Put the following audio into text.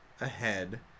ahead